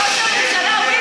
ראש הממשלה "ווינר",